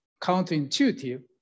counterintuitive